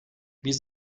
biz